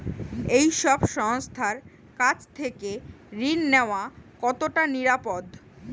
এই সব সংস্থার কাছ থেকে ঋণ নেওয়া কতটা নিরাপদ?